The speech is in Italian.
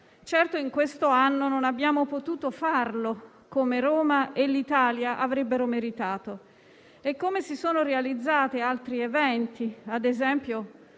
Certo, in questo anno non abbiamo potuto farlo come Roma e l'Italia avrebbero meritato e come è stato fatto per altri eventi, tra i